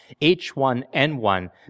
H1N1